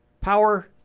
Power